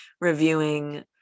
reviewing